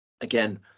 again